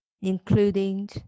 including